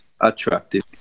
attractive